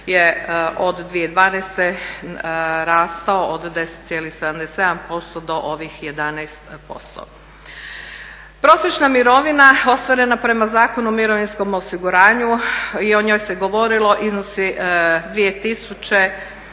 je od 2012. rastao od 10,77% do ovih 11%. Prosječna mirovina ostvarena prema Zakonu o mirovinskom osiguranju i o njoj se govorilo iznosi